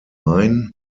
main